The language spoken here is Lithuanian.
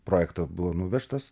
projekto buvo nuvežtas